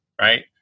right